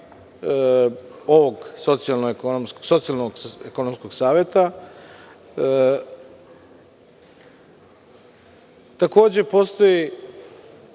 ovog Socijalno ekonomskog saveta. Takođe, postoji